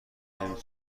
نمی